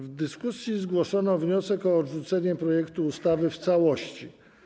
W dyskusji zgłoszono wniosek o odrzucenie projektu ustawy w całości.